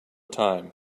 time